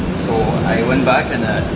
so, i went back and